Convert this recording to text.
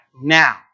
now